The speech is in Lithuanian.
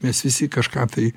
mes visi kažką tai